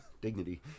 dignity